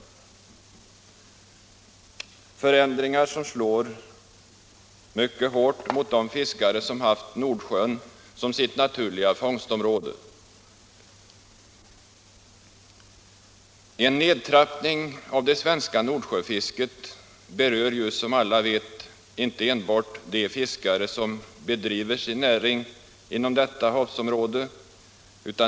Dessa innebär förändringar som slår mycket hårt mot de fiskare som haft Nordsjön som sitt naturliga fångstområde. En nedtrappning av det svenska Nordsjöfisket berör, som alla vet, inte enbart de fiskare som bedriver sin näring inom detta havsområde.